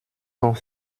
sans